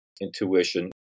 intuition